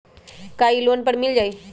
का इ लोन पर मिल जाइ?